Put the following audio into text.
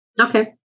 Okay